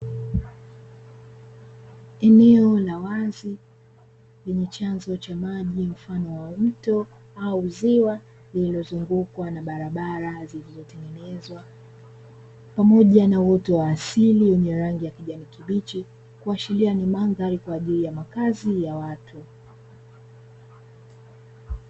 Eneo la wazi lenye chanzo cha maji mfano wa mto au ziwa lililozungukwa na barabara zilizotengenezwa, pamoja na uoto wa asili wenye rangi ya kijani kibichi, kuashiria ni mandhari kwa ajili ya makazi ya watu.